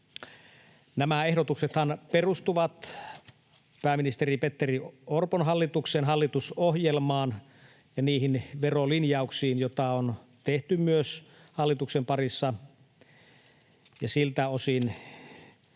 Nämä ehdotuksethan perustuvat pääministeri Petteri Orpon hallituksen hallitusohjelmaan ja niihin verolinjauksiin, joita on tehty myös hallituksen parissa, ja siltä osin